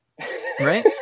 Right